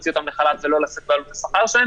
אני חושב שהאבחנה גם שעשה עמיתך לאוצר היא לא נכונה,